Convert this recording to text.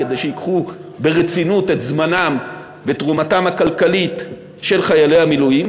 כדי שייקחו ברצינות את זמנם בתרומתם הכלכלית של חיילי המילואים,